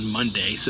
Monday